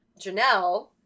Janelle